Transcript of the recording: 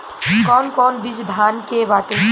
कौन कौन बिज धान के बाटे?